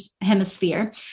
hemisphere